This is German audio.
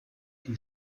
die